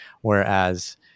Whereas